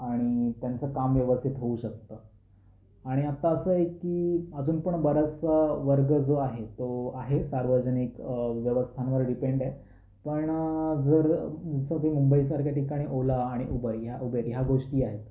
आणि त्यांचं काम व्यवस्थित होऊ शकतं आणि आता आसं आहे की अजून पण बराचसा वर्ग जो आहे तो आहे सार्वजनिक व्यवस्थांवर डिपेंड आहे पण जर एखादी मुंबई सारख्या ठिकाणी ओला आणि उबर या उबेर ह्या गोष्टी आहेत